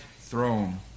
throne